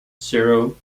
zero